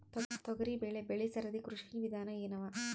ತೊಗರಿಬೇಳೆ ಬೆಳಿ ಸರದಿ ಕೃಷಿ ವಿಧಾನ ಎನವ?